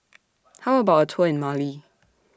How about Tour in Mali